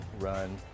run